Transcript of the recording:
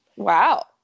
Wow